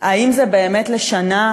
האם זה באמת לשנה,